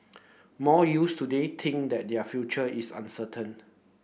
most youths today think that their future is uncertain